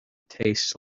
tastes